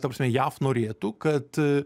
ta prasme jav norėtų kad